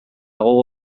gogo